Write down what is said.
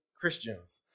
Christians